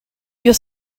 your